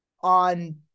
on